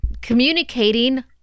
communicating